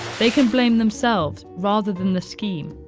they can blame themselves rather than the scheme,